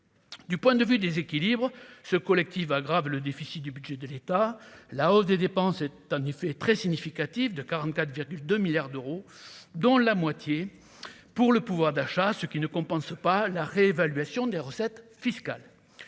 Du point de vue déséquilibre ce collective aggrave le déficit du budget de l'État, la hausse des dépenses est en effet très significative de 44,2 milliards d'euros, dont la moitié pour le pouvoir d'achat, ce qui ne compense pas la réévaluation des recettes fiscales,